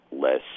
less